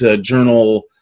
Journal